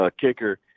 kicker